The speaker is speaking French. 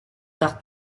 par